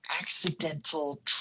Accidental